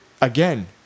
again